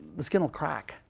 the skin will crack.